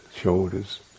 shoulders